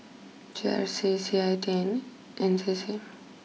G R C C I and T C